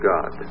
God